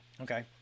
Okay